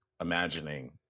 imagining